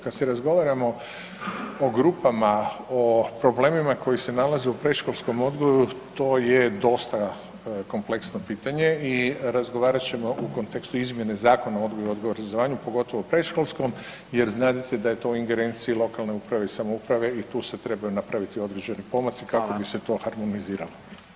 Kad se razgovaramo o grupama, o problemima koji se nalaze u predškolskom odgoju, to je dosta kompleksno pitanje i razgovarat ćemo u kontekstu izmjene Zakona o odgoju i obrazovanju, pogotovo predškolskom jer znadete da je to u ingerenciji lokalne uprave i samouprave i tu se trebaju napraviti određeni pomaci kako bi se to harmoniziralo.